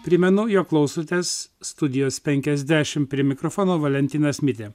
primenu jog klausotės studijos penkiasdešimt prie mikrofono valentinas mitė